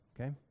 Okay